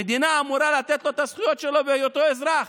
המדינה אמורה לתת לו את הזכויות שלו בהיותו אזרח.